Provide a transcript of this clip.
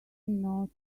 not